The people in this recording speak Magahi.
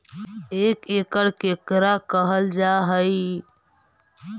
एक एकड़ केकरा कहल जा हइ?